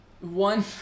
one